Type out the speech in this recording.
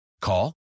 Call